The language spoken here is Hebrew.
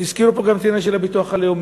הזכירו פה גם את העניין של הביטוח הלאומי.